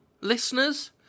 listeners